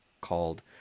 called